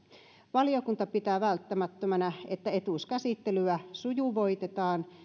valiokunta pitää välttämättömänä että etuuskäsittelyä sujuvoitetaan